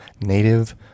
native